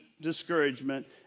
Discouragement